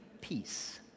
peace